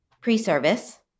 pre-service